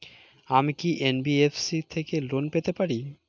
আমি কি এন.বি.এফ.সি থেকে লোন নিতে পারি?